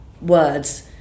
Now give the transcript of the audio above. words